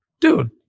Dude